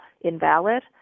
invalid